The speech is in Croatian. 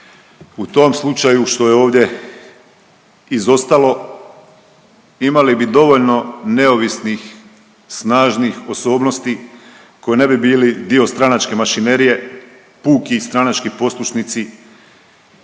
U tom slučaju što je ovdje izostalo, imali bi dovoljno neovisnih, snažnih osobnosti koji ne bi bili stranačke mašinerije. Puki stranački poslušnici